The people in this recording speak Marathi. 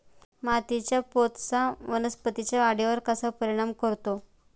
मातीच्या पोतचा वनस्पतींच्या वाढीवर कसा परिणाम करतो?